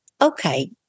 Okay